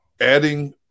adding